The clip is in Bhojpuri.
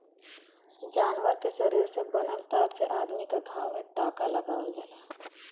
जानवर के शरीर से बनल तार से अदमी क घाव में टांका लगावल जाला